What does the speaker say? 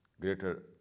greater